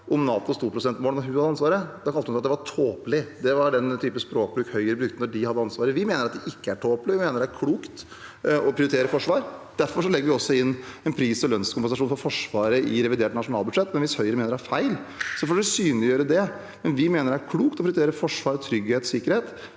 om NATOs 2-prosentmål da hun hadde ansvaret. Da kalte hun det tåpelig. Det var den typen språkbruk Høyre brukte da de hadde ansvaret. Vi mener at det ikke er tåpelig. Vi mener det er klokt å prioritere forsvar. Derfor legger vi også inn en pris- og lønnskompensasjon for Forsvaret i revidert nasjonalbudsjett. Hvis Høyre mener det er feil, får man synliggjøre det. Vi mener det er klokt å prioritere forsvar, trygghet og sikkerhet